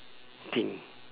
thing